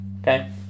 Okay